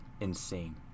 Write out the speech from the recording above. insane